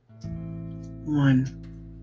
One